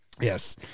Yes